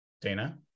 Dana